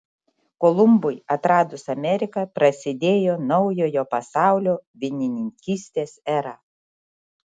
kolumbui atradus ameriką prasidėjo naujojo pasaulio vynininkystės era